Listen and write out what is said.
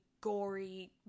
gory